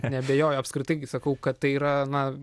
neabejoju apskritai gi sakau kad tai yra na